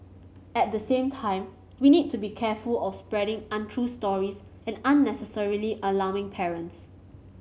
at the same time we need to be careful of spreading untrue stories and unnecessarily alarming parents